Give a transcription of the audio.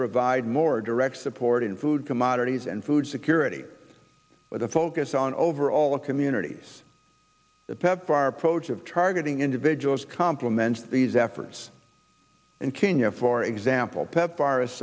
provide more direct support in food commodities and food security with a focus on overall communities pepfar approach of targeting individuals complementary these efforts in kenya for example pepfar